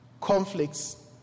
conflicts